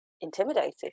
intimidated